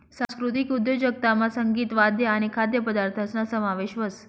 सांस्कृतिक उद्योजकतामा संगीत, वाद्य आणि खाद्यपदार्थसना समावेश व्हस